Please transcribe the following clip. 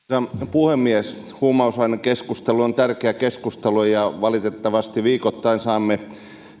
puhemies huumausainekeskustelu on tärkeä keskustelu ja valitettavasti viikoittain saamme